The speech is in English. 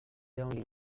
only